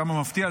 כמה מפתיע,